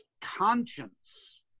conscience